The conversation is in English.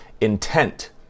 intent